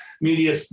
Media